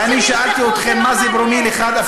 ואני שאלתי אתכם, מה זה פרומיל אחד?